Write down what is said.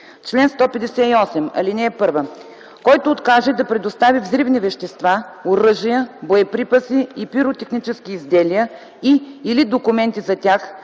чл. 158: „Чл. 158. (1) Който откаже да предостави взривни вещества, оръжия, боеприпаси и пиротехнически изделия и/или документи за тях